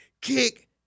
kick